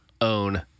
own